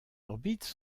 orbites